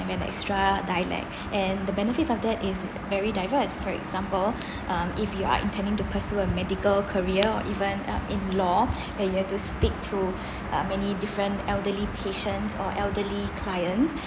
extra dialect and the benefits of that is very diverse for example um if you are intending to pursue a medical career or even uh in law where you have to speak to uh many different elderly patients or elderly clients